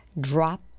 Drop